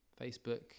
Facebook